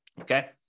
Okay